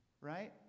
right